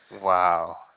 Wow